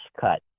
Cut